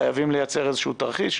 חייבים לייצר איזשהו תרחיש,